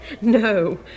No